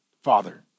Father